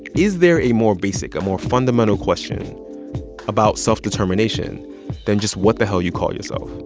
is there a more basic, a more fundamental question about self-determination than just what the hell you call yourself?